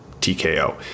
TKO